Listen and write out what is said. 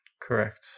correct